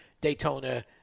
Daytona